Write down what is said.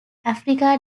africa